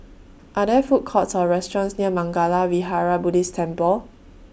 Are There Food Courts Or restaurants near Mangala Vihara Buddhist Temple